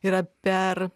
yra per